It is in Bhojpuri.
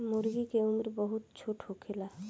मूर्गी के उम्र बहुत छोट होखेला